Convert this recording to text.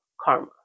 karma